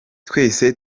twese